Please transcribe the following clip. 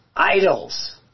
Idols